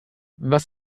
was